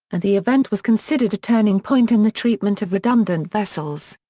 and the event was considered a turning point in the treatment of redundant vessels.